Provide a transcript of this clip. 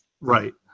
right